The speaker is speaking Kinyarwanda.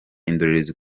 indorerezi